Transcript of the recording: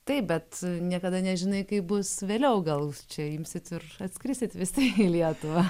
taip bet niekada nežinai kaip bus vėliau gal čia imsit ir atskrisit visi į lietuvą